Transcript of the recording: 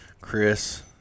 Chris